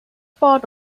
part